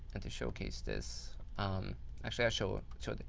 and to showcase this actually i'll show ah show it.